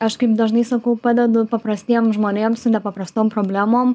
aš kaip dažnai sakau padedu paprastiem žmonėm su nepaprastom problemom